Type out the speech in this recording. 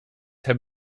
have